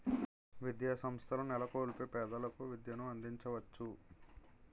విద్యాసంస్థల నెలకొల్పి పేదలకు విద్యను అందించవచ్చు